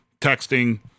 texting